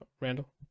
Randall